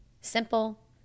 simple